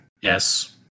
Yes